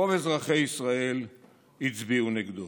רוב אזרחי ישראל הצביעו נגדו.